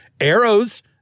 Arrows